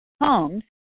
homes